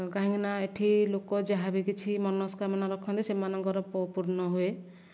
କାହିଁକିନା ଏଠି ଲୋକ ଯାହାବି କିଛି ମନସ୍କାମନା ରଖନ୍ତି ସେମାନଙ୍କର ପୂର୍ଣ୍ଣ ହୁଏ